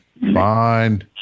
Fine